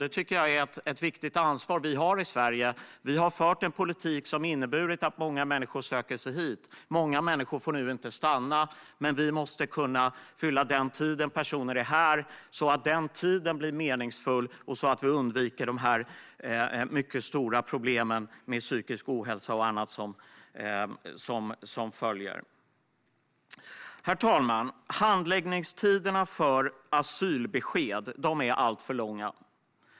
Det tycker jag är ett viktigt ansvar som vi har i Sverige. Vi har fört en politik som har inneburit att många människor söker sig hit. Många människor får nu inte stanna, men vi måste fylla den tid som människor är här så att den blir meningsfull och så att vi undviker de mycket stora problem med psykisk ohälsa och annat som följer. Herr talman! Handläggningstiderna för asylbesked är alltför långa.